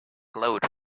glowed